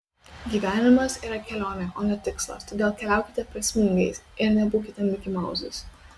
gyvenimas yra kelionė o ne tikslas todėl keliaukite prasmingai ir nebūkite mikimauzais